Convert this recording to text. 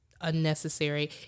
unnecessary